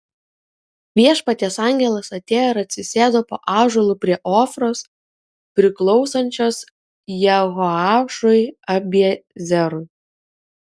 viešpaties angelas atėjo ir atsisėdo po ąžuolu prie ofros priklausančios jehoašui abiezerui